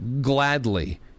gladly